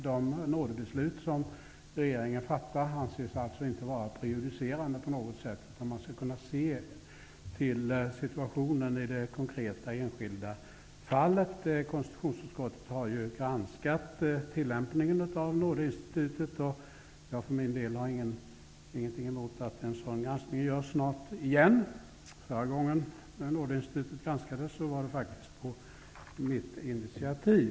De nådebeslut som regeringen fattar anses alltså inte vara prejudicerande på något sätt, utan man skall kunna se till situationen i det konkreta enskilda fallet. Konstitutionsutskottet har granskat tillämpningen av nådeinstitutet, och jag för min del har ingenting emot att en sådan granskning görs snart igen. Förra gången nådeinstitutet granskades, var det faktiskt på mitt initiativ.